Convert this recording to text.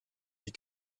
die